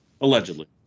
Allegedly